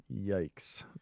yikes